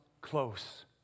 close